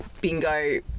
bingo